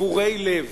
שבורי לב.